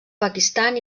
pakistan